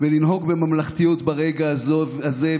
ולנהוג בממלכתיות ברגע הזה,